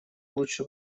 лучше